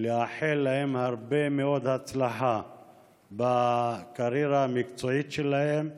ולאחל להם הרבה מאוד הצלחה בקריירה המקצועית שלהם.